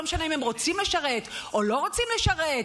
לא משנה אם הם רוצים לשרת או לא רוצים לשרת,